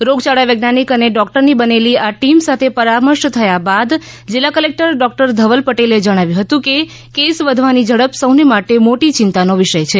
રોગચાળા વૈજ્ઞાનિક અને ડોક્ટરની બનેલી આ ટીમ સાથે પરામર્શ થયા બાદ જિલ્લા કલેક્ટર ડોક્ટર ધવલ પટેલે જણાવ્યુ હતું કે કેસ વધવાની ઝડપ સૌને માટે મોટી ચિંતાનો વિષય છે